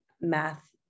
math